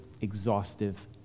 exhaustive